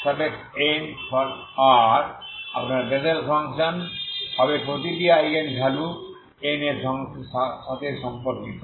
Jn আপনার Bessel function হবে প্রতিটি আইগেন ভ্যালু n এর সাথে সম্পর্কিত